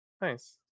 Nice